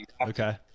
okay